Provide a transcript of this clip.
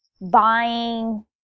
buying